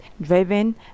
driving